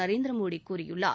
நரேந்திர மோடி கூறியுள்ளார்